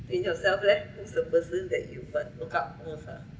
then you yourself leh who's the person that you what look up most ah